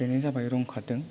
बेनो जाबाय रं खारदों